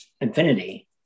infinity